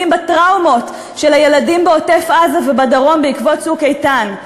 בטראומות של ילדים בעוטף-עזה ובדרום בעקבות "צוק איתן".